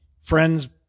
friends